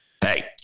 Hey